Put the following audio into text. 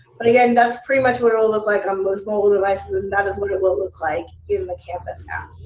but again, that's pretty much what it will look like on most mobile devices. and that is what it will look like yeah on the canvas app.